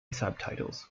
subtitles